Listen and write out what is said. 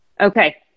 Okay